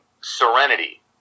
serenity